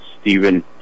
Stephen